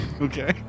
Okay